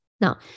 Now